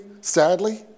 sadly